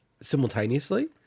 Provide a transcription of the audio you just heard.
simultaneously